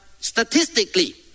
statistically